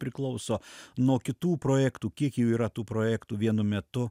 priklauso nuo kitų projektų kiek jų yra tų projektų vienu metu